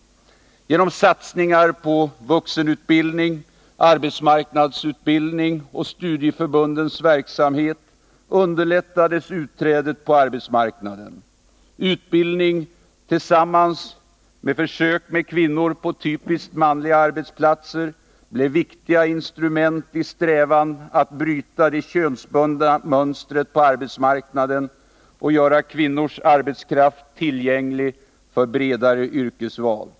Genom satsningar på vuxenutbildning, på arbetsmarknadsutbildning och på studieförbundens verksamhet underlättades utträdet på arbetsmarknaden. Utbildning, tillsammans med försök med kvinnor på typiskt manliga arbetsplatser blev viktiga instrument i strävan att bryta det könsbundna mönstret på arbetsmarknaden och göra kvinnors arbetskraft tillgänglig för ett bredare yrkesval.